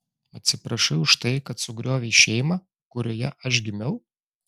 atsiprašai už tai kad sugriovei šeimą kurioje aš gimiau